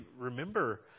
remember